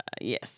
Yes